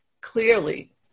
clearly